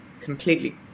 completely